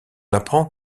apprend